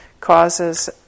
causes